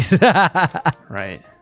Right